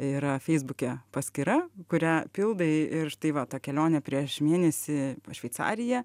yra feisbuke paskyra kurią pildai ir štai va ta kelionė prieš mėnesį šveicarija